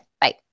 Bye